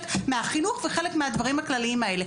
מהחינוך וחלק מהדברים הכלליים האלה.